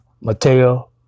Matteo